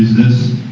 this